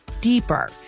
deeper